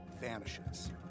vanishes